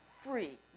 free